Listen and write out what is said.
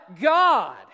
God